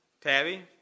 Tabby